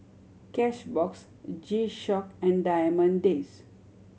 Cashbox G Shock and Diamond Days